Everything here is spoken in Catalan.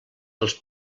dels